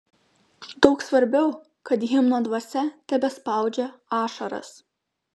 daug svarbiau kad himno dvasia tebespaudžia ašaras